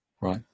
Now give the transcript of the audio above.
Right